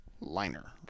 liner